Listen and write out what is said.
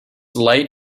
light